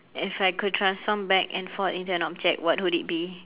if I could transform back and forth into an object what would it be